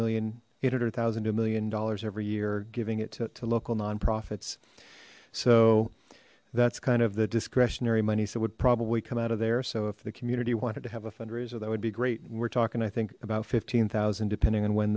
million eight hundred thousand a million dollars every year giving it to local nonprofits so that's kind of the discretionary money so it would probably come out of there so if the community wanted to have a fundraiser that would be great we're talking i think about fifteen thousand depending on when